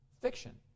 Fiction